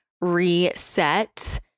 reset